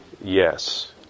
Yes